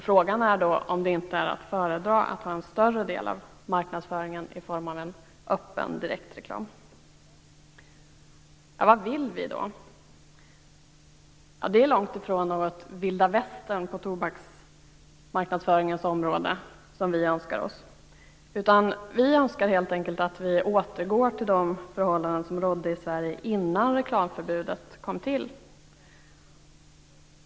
Frågan är om det inte är att föredra att ha en större del av marknadsföringen i form av en öppen och direkt reklam. Vad vill vi, då? Vi önskar oss långtifrån någon sorts Vilda Västern på tobaksmarknadsföringens område. Vi önskar helt enkelt en återgång till de förhållanden som rådde i Sverige innan reklamförbudet kom till.